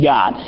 God